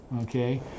Okay